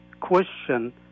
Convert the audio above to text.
question